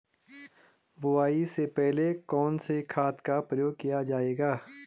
बुआई से पहले कौन से खाद का प्रयोग किया जायेगा?